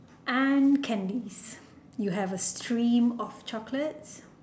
and candies you have a stream of chocolates